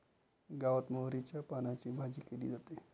गावात मोहरीच्या पानांची भाजी केली जाते